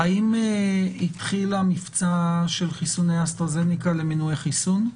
האם התחיל המבצע של חיסוני אסטרזניקה למנועי-חיסון?